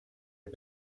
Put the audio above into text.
est